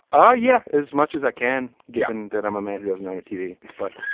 oh, yeah, as much as i can. given that i'm a man who doesn't own a tv, but